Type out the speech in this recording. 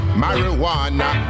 marijuana